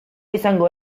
izango